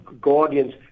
guardians